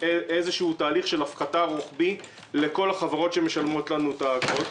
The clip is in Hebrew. איזה תהליך רוחבי של הפחתה לכל החברות שמשלמות לנו את האגרות.